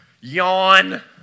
yawn